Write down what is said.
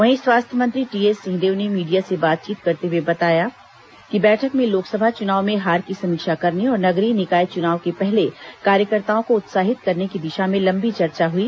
वहीं स्वास्थ्य मंत्री टीएस सिंहदेव ने मीडिया से बातचीत करते हुए कहा कि बैठक में लोकसभा चुनाव में हार की समीक्षा करने और नगरीय निकाय चुनाव के पहले कार्यकर्ताओं को उत्साहित करने की दिशा में लम्बी चर्चा हुई